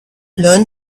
learn